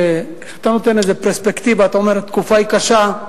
כשאתה נותן איזו פרספקטיבה, אתה אומר: התקופה קשה,